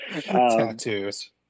Tattoos